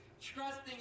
trusting